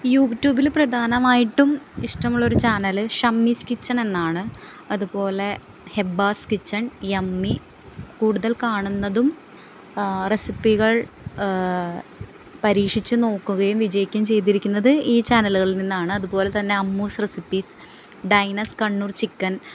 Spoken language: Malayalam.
യൂ ട്യൂബില് പ്രധാനമായിട്ടും ഇഷ്ടമുള്ളൊരു ചാനല് ഷമ്മിസ് കിച്ചൻ എന്നാണ് അതുപോലെ ഹെബ്ബാസ് കിച്ചൻ യമ്മി കൂടുതൽ കാണുന്നതും റെസിപികൾ പരീക്ഷിച്ചു നോക്കുകയും വിജയിക്കുകയും ചെയ്തിരിക്കുന്നത് ഈ ചാനലുകളിൽ നിന്നാണ് അതുപോലെ തന്നെ അമ്മുസ്റെ റെസിപ്പിസ് ഡൈനേഴ്സ് കണ്ണൂർ ചിക്കൻ